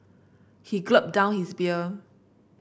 he gulped down his beer